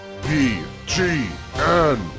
BGN